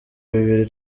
bibiri